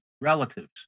relatives